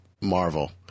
Marvel –